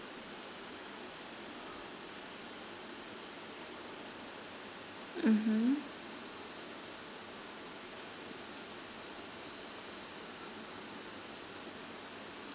mmhmm